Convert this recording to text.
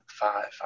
five